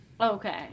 Okay